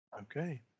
Okay